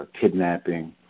kidnapping